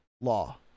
law